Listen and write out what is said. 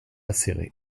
céret